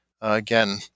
again